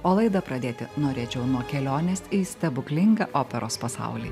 o laidą pradėti norėčiau nuo kelionės į stebuklingą operos pasaulį